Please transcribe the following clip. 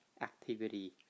activity